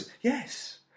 Yes